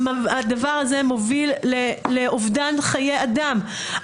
הדבר הזה מוביל לאובדן חיי אדם.